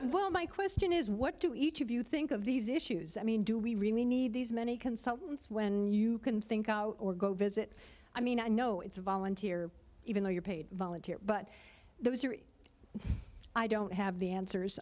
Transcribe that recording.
well my question is what do each of you think of these issues i mean do we really need these many consultants when you can think out or go visit i mean i know it's volunteer even though you're paid volunteer but those are i don't have the answers